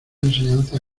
enseñanza